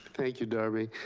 thank you darby.